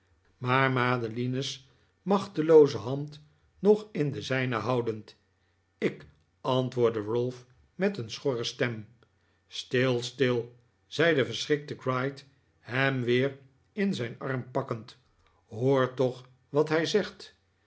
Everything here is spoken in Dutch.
het net hand nog in de zijne houdend ik antwoordde ralph met een schorre stem stil stil zei de verschrikte gride hem weer bij zijn arm pakkend hoor toch wat hij zegt